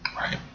Right